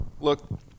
Look